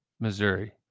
Missouri